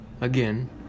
again